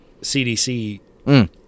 CDC